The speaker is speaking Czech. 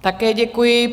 Také děkuji.